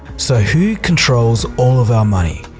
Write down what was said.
so who controls all of our money?